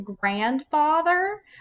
grandfather